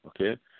Okay